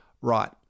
right